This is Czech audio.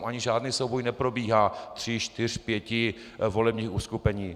Tam ani žádný souboj neprobíhá, tří čtyř pěti volebních uskupení.